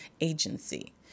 agency